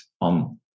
on